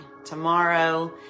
Tomorrow